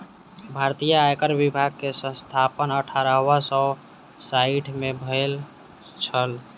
भारतीय आयकर विभाग के स्थापना अठारह सौ साइठ में भेल छल